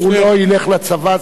שלא ילך לצבא,